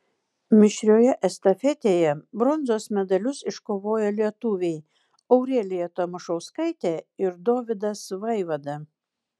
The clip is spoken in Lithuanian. mišrioje estafetėje bronzos medalius iškovojo lietuviai aurelija tamašauskaitė ir dovydas vaivada